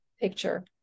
picture